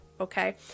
Okay